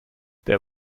there